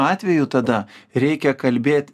atveju tada reikia kalbėt